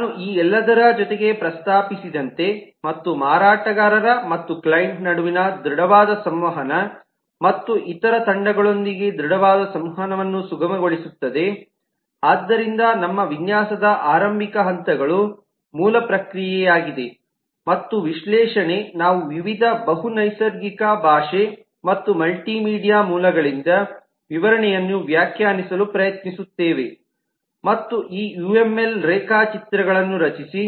ನಾನು ಈ ಎಲ್ಲದರ ಜೊತೆಗೆ ಪ್ರಸ್ತಾಪಿಸಿದಂತೆ ಮತ್ತು ಮಾರಾಟಗಾರರ ಮತ್ತು ಕ್ಲೈಂಟ್ನ ನಡುವಿನ ದೃಢವಾದ ಸಂವಹನ ಮತ್ತು ಇತರ ತಂಡಗಳೊಂದಿಗೆ ದೃಢವಾದ ಸಂವಹನವನ್ನು ಸುಗಮಗೊಳಿಸುತ್ತದೆ ಆದ್ದರಿಂದ ನಮ್ಮ ವಿನ್ಯಾಸದ ಆರಂಭಿಕ ಹಂತಗಳು ಮೂಲ ಪ್ರಕ್ರಿಯೆಯಾಗಿದೆ ಮತ್ತು ವಿಶ್ಲೇಷಣೆ ನಾವು ವಿವಿಧ ಬಹು ನೈಸರ್ಗಿಕ ಭಾಷೆ ಮತ್ತು ಮಲ್ಟಿಮೀಡಿಯಾ ಮೂಲಗಳಿಂದ ವಿವರಣೆಯನ್ನು ವ್ಯಾಖ್ಯಾನಿಸಲು ಪ್ರಯತ್ನಿಸುತ್ತೇವೆ ಮತ್ತು ಈ ಯುಎಂಎಲ್ ರೇಖಾಚಿತ್ರಗಳನ್ನು ರಚಿಸಿ